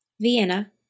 Vienna